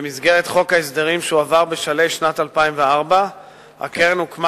במסגרת חוק ההסדרים שהועבר בשלהי שנת 2004. הקרן הוקמה